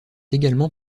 également